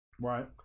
Right